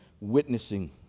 witnessing